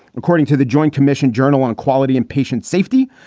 according to the joint commission journal on quality and patient safety,